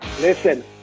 Listen